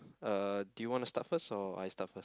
uh do you want to start first or I start first